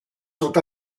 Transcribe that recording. sont